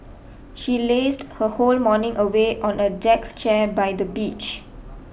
she lazed her whole morning away on a deck chair by the beach